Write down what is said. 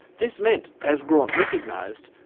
this meant, as graunt recognised,